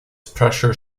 pressure